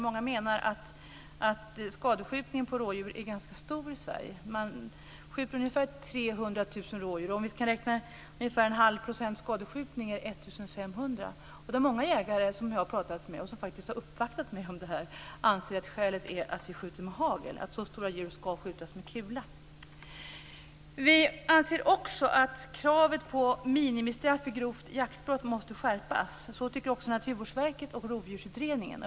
Många menar att skadeskjutningen på rådjur är ganska stor i Sverige. Man skjuter ungefär 300 000 rådjur. Om vi räknar med ungefär 1⁄2 % skadeskjutning är det 1 500. Många jägare som jag har pratat med och som har uppvaktat mig om detta anser att skälet är att vi skjuter med hagel. Det tycker också Naturvårdsverket och Rovdjursutredningen.